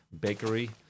bakery